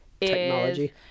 Technology